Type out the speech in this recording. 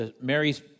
Mary's